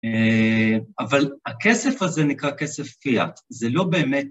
אבל הכסף הזה נקרא כסף פיאט, זה לא באמת...